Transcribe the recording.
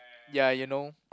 ya you know